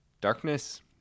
darkness